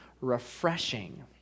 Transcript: refreshing